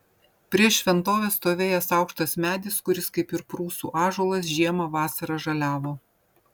prieš šventovę stovėjęs aukštas medis kuris kaip ir prūsų ąžuolas žiemą vasarą žaliavo